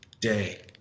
day